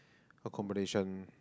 accommodation